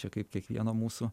čia kaip kiekvieno mūsų